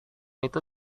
itu